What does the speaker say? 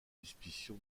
suspicion